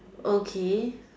okay